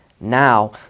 now